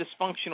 dysfunctional